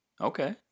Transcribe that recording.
Okay